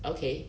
okay